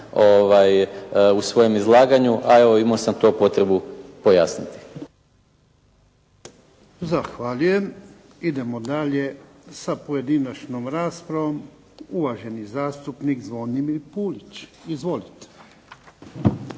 u svojem izlaganju, a evo imao sam to potrebu pojasniti. **Jarnjak, Ivan (HDZ)** Zahvaljujem. Idemo dalje sa pojedinačnom raspravom. Uvaženi zastupnik Zvonimir Puljić. Izvolite.